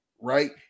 right